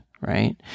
right